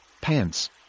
Pants